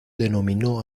denominó